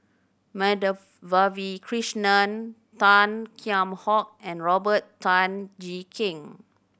Madhavi Krishnan Tan Kheam Hock and Robert Tan Jee Keng